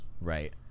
right